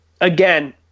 Again